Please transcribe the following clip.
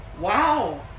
Wow